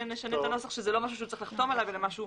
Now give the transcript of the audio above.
נשנה את הנוסח כך שזה לא משהו שהוא צריך לחתום עליו אלא משהו